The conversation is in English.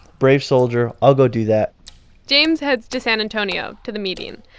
brave soldier. i'll go do that james heads to san antonio to the meeting.